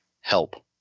help